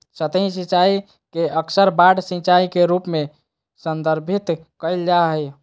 सतही सिंचाई के अक्सर बाढ़ सिंचाई के रूप में संदर्भित कइल जा हइ